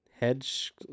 Hedge